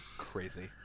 crazy